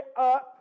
up